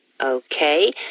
Okay